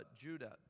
Judah